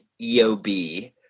EOB